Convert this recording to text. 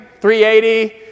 380